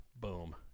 Boom